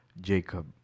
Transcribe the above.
Jacob